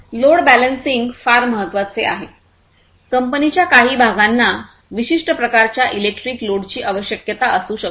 load balancing फार महत्वाचे आहे कंपनीच्या काही भागांना विशिष्ट प्रकारच्या इलेक्ट्रिक लोडची आवश्यकता असू शकते